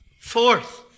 Fourth